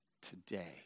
today